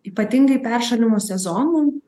ypatingai peršalimo sezonu